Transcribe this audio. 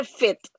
fit